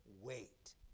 wait